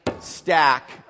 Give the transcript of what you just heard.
stack